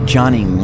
Johnny